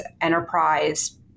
enterprise